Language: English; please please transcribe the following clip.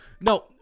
No